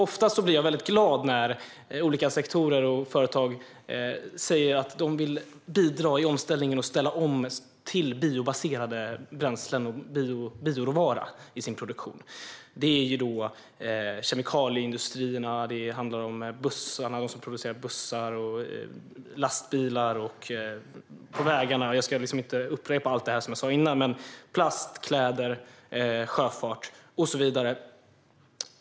Oftast blir jag väldigt glad när olika sektorer och företag säger att de vill bidra och ställa om till biobaserade bränslen och bioråvara i sin produktion. Det handlar om kemikalieindustrierna och om dem som tillverkar bussar och lastbilar. Det handlar om plast, kläder, sjöfart och så vidare. Jag ska inte upprepa allt det jag sa innan.